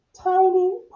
tiny